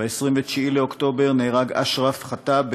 ב-29 באוקטובר נהרג אשרף ח'טאב,